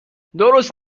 درست